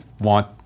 want